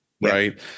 right